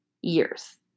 years